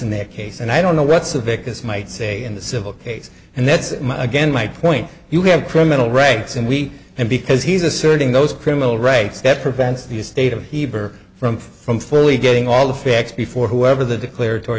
in their case and i don't know what civic is might say in the civil case and that's again my point you have criminal rights and we and because he's asserting those criminal rights that prevents the state of heber from from fully getting all the facts before whoever the declarator